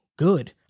good